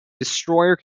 destroyer